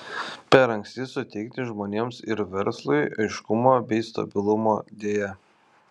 per anksti suteikti žmonėms ir verslui aiškumo bei stabilumo deja